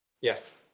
Yes